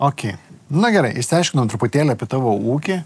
okei na gerai išsiaiškinom truputėlį apie tavo ūkį